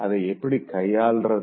அத எப்டி கையாள்றது